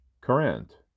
current